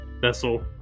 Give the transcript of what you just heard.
vessel